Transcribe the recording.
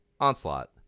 onslaught